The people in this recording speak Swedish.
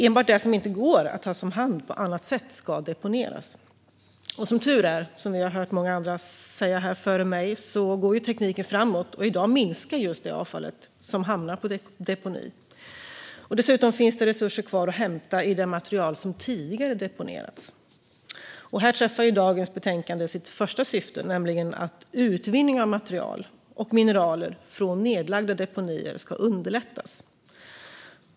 Enbart det som inte går att ta om hand på annat sätt ska deponeras. Som tur är går tekniken framåt, som vi har hört många andra säga här före mig. I dag minskar just det avfall som hamnar på deponi. Dessutom finns det resurser kvar att hämta i det material som tidigare deponerats. Här träffar dagens betänkande sitt första syfte, nämligen att utvinning av material och mineraler från nedlagda deponier ska underlättas.